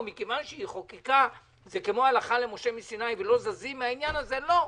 ומכיוון שכך זה כמו הלכה למשה לסיני ולא זזים מן העניין הזה לא,